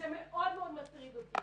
זה מאוד מאוד מטריד אותי,